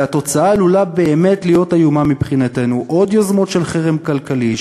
והתוצאה עלולה באמת להיות איומה מבחינתנו: עוד יוזמות של חרם כלכלי,